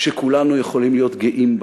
שכולנו יכולים להיות גאים בה.